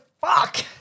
fuck